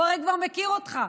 הוא הרי כבר מכיר אותך.